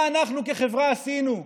מה אנחנו כחברה עשינו?